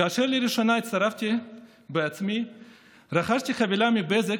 כאשר הצטרפתי לראשונה רכשתי חבילה מבזק,